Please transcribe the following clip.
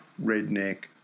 redneck